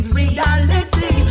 reality